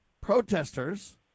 protesters